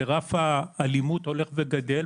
רף האלימות הולך וגדל,